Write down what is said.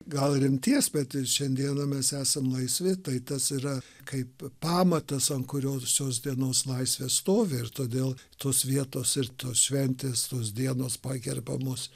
gal rimties bet ir šiandieną mes esam laisvi tai tas yra kaip pamatas ant kurio šios dienos laisvė stovi ir todėl tos vietos ir tos šventės tos dienos pagerbiamos